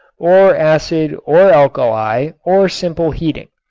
or acid or alkali or simple heating.